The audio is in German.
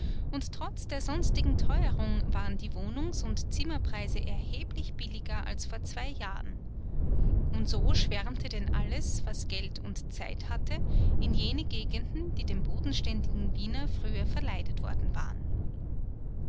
und trotz der sonstigen teuerung waren die wohnungsund zimmerpreise erheblich billiger als vor zwei jahren und so schwärmte denn alles was geld und zeit hatte in jene gegenden die dem bodenständigen wiener früher verleidet worden waren